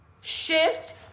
Shift